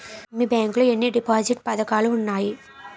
మీ bank లో ఎన్ని deposit పథకాలు ఉన్నాయి?